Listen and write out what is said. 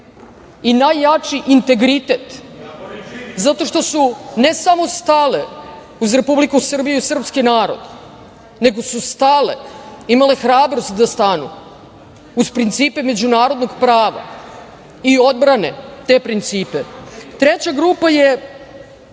i najjači integritet, zato što su ne samo stale uz Republiku Srbiju i srpski narod, nego su stale, imale hrabrost da stanu, uz principe međunarodnog prava i odbrane te principe. Treća grupa je,